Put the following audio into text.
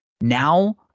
Now